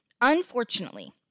Unfortunately